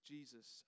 Jesus